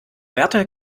wärter